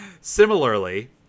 Similarly